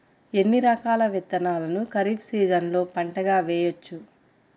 ఎన్ని రకాల విత్తనాలను ఖరీఫ్ సీజన్లో పంటగా వేయచ్చు?